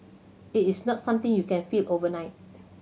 it is not something you can feel overnight